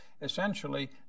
essentially